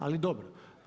Ali dobro.